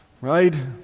right